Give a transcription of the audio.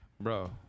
Bro